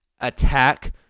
attack